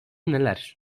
neler